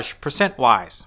percent-wise